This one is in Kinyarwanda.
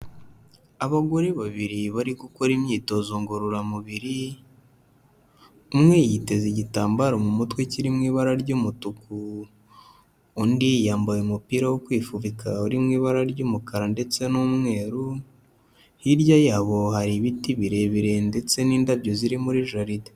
Abagore babiri bari gukora imyitozo ngororamubiri, umwe yiteza igitambaro mu mutwe kiri mu ibara ry'umutuku, undi yambaye umupira wo kwifubika uri mu ibara ry'umukara ndetse n'umweru, hirya yabo hari ibiti birebire ndetse n'indabyo ziri muri jaride.